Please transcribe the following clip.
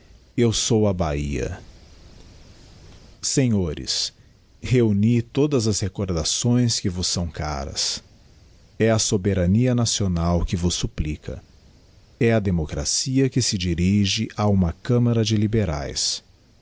eu sou a bahia senhores reuni todas as recordações que vos são caras e a soberania nacional que vos supplica é a democracia que se dirige a uma camará de liberaes